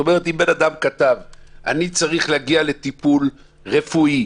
אם אדם כתב שהוא צריך להגיע לטיפול רפואי,